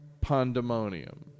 Pandemonium